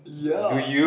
ya